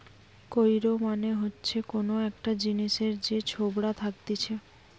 কৈর মানে হচ্ছে কোন একটা জিনিসের যে ছোবড়া থাকতিছে